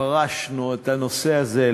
חרשנו את הנושא הזה.